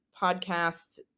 podcast